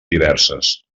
diverses